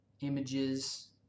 images